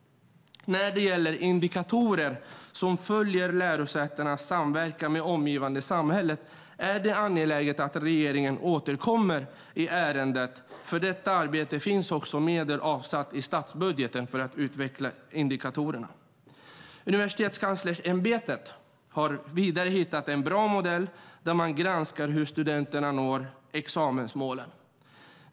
När det gäller indikatorer som följer lärosätenas samverkan med det omgivande samhället är det angeläget att regeringen återkommer i ärendet. För arbetet med att utveckla indikatorerna finns också medel avsatta i statsbudgeten. Universitetskanslersämbetet har vidare hittat en bra modell där man granskar hur studenterna når examensmålen.